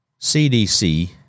CDC